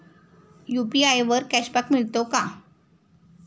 UPI वर cashback मिळतो का?